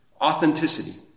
authenticity